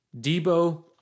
Debo